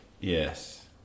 Yes